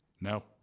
No